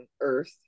earth